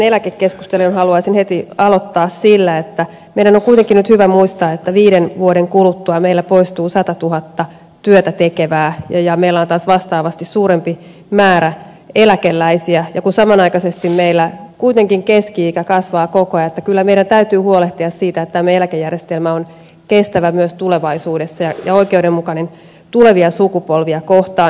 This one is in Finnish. haluaisin heti aloittaa sillä että meidän on kuitenkin nyt hyvä muistaa että viiden vuoden kuluttua meillä poistuu satatuhatta työtätekevää ja meillä on taas vastaavasti suurempi määrä eläkeläisiä ja kun samanaikaisesti meillä kuitenkin keski ikä kasvaa koko ajan niin kyllä meidän täytyy huolehtia siitä että tämä eläkejärjestelmä on kestävä myös tulevaisuudessa ja oikeudenmukainen tulevia sukupolvia kohtaan